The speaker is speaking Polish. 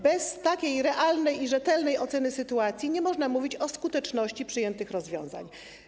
Bez takiej realnej i rzetelnej oceny sytuacji nie można mówić o skuteczności przyjętych rozwiązań.